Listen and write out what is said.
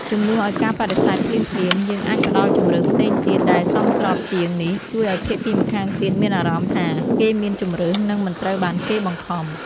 ជំនួសឲ្យការបដិសេធភ្លាមៗ យើងអាចផ្តល់ជម្រើសផ្សេងទៀតដែលសមស្របជាង នេះជួយឲ្យភាគីម្ខាងទៀតមានអារម្មណ៍ថាគេមានជម្រើស និងមិនត្រូវបានគេបង្ខំ។